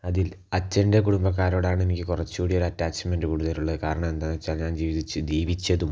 അതിൽ അച്ഛൻ്റെ കുടുംബക്കാരോടാണ് എനിക്ക് കുറച്ചുകൂടി ഒരു അറ്റാച്ച്മെൻ്റ് കൂടുതലുള്ളത് കാരണം എന്താണെന്ന് വച്ചാൽ ഞാൻ ജീവിച്ചതും